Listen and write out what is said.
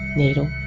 needle,